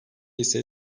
ise